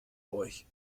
euch